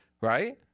Right